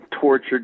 tortured